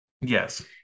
Yes